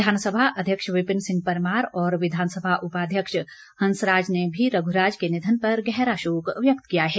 विधानसभा अध्यक्ष विपिन सिंह परमार और विधानसभा उपाध्यक्ष हंसराज ने भी रघ्राज के निधन पर गहरा शोक व्यक्त किया है